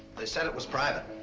they said it was private.